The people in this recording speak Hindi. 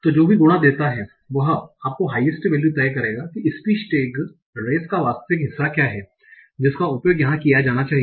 तो जो भी गुणा देता है वह आपको हाइएस्ट वैल्यू तय करेगा कि स्पीच टैग रेस का वास्तविक हिस्सा क्या है जिसका उपयोग यहां किया जाना चाहिए